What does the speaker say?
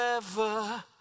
forever